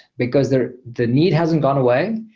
because there the need hasn't gone away,